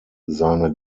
seine